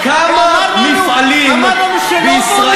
ואמר לנו שלא בונים בגללנו.